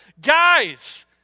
Guys